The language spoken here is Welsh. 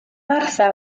martha